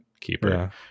Keeper